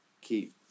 keep